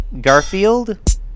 Garfield